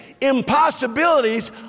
impossibilities